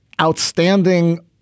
outstanding